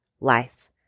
life